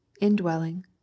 indwelling